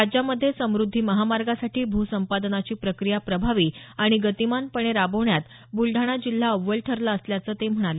राज्यामध्ये समृद्धी महामार्गासाठी भूसंपादनाची प्रक्रिया प्रभावी आणि गतीमानपणे राबवण्यात बुलडाणा जिल्हा अव्वल ठरला असल्याचं ते म्हणाले